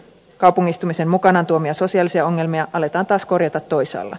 kaupungistumisen mukanaan tuomia sosiaalisia ongelmia aletaan taas korjata toisaalla